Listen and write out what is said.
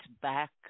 back